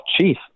chief